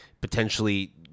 Potentially